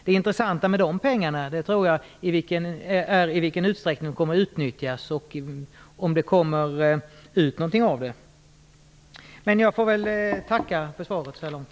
Det intressanta med de pengarna tror jag är i vilken utsträckning de kommer att utnyttjas och om det kommer ut något av det hela. Så långt får jag väl än en gång tacka för svaret.